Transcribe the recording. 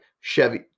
Chevy